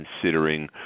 considering